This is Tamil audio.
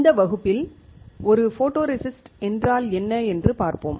இந்த வகுப்பில் ஒரு போட்டோரெசிஸ்ட் என்றால் என்ன என்று பார்ப்போம்